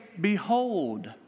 behold